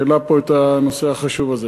שהעלה את פה את נושא החשוב הזה,